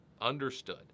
Understood